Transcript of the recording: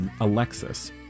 Alexis